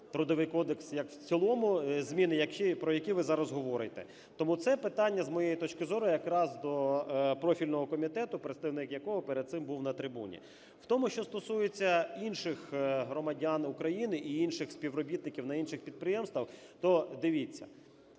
Трудовий кодекс як в цілому, зміни, про які ви зараз говорите. Тому це питання, з моєї точки зору, якраз до профільного комітету, представник якого перед цим був на трибуні. В тому, що стосується інших громадян України і інших співробітників на інших підприємствах, то, дивіться,